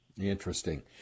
Interesting